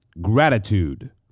gratitude